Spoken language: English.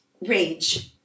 rage